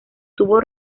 tuvo